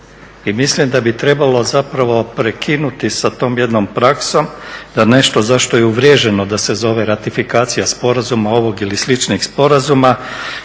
I mislim da bi trebalo prekinuti sa tom jednom praksom da nešto za što je uvriježeno da se zove ratifikacija sporazuma ovog ili sličnih sporazuma,